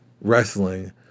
wrestling